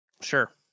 Sure